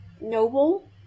noble